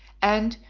and,